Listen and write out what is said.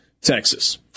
Texas